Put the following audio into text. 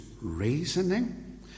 reasoning